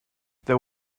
there